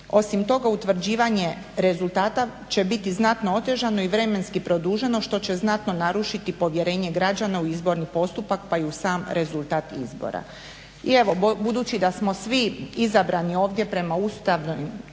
Osim toga, utvrđivanje rezultata će biti znatno otežano i vremenski produženo što će znatno narušiti povjerenje građana u izborni postupak pa i u sam rezultata izbora. I evo, budući da smo svi izabrani ovdje prema ustavnim